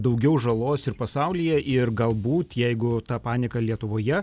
daugiau žalos ir pasaulyje ir galbūt jeigu ta panika lietuvoje